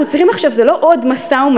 צריכים עכשיו זה לא עוד משא-ומתן,